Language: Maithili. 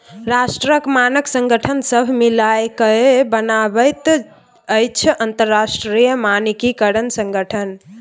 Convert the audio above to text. राष्ट्रक मानक संगठन सभ मिलिकए बनाबैत अछि अंतरराष्ट्रीय मानकीकरण संगठन